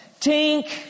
tink